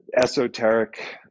esoteric